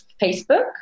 Facebook